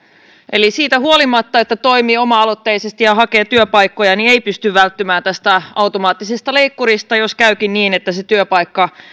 eli siitä huolimatta että toimii oma aloitteisesti ja hakee työpaikkoja ei pysty välttymään tältä automaattiselta leikkurilta jos käykin niin että sitä työpaikkaa